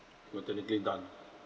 we're technically done